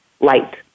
light